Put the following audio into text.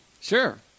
Sure